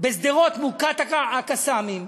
בשדרות מוכת ה"קסאמים",